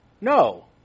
No